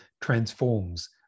transforms